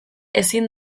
ezin